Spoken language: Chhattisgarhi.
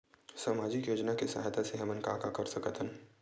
सामजिक योजना के सहायता से हमन का का कर सकत हन?